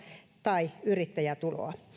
tai yrittäjätuloa